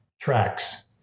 tracks